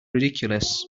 ridiculous